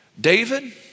David